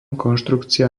konštrukcia